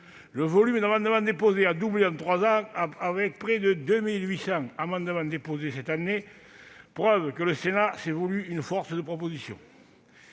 Le volume d'amendements déposés a doublé en trois ans, avec près de 2 800 amendements déposés cette année, preuve que le Sénat s'est voulu force de proposition.